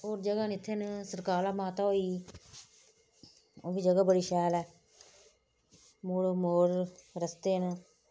होर जगहं न इत्थै सकराला माता होई ओह्बी जगह् बड़ी शैल ऐ मोड़ो मोड़ रस्ते न